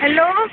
hello